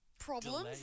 problems